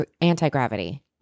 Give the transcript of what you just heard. anti-gravity